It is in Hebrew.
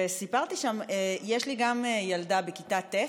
וסיפרתי שם, יש לי גם ילדה בכיתה ט'.